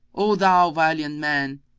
o thou valiant man,